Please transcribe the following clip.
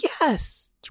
yes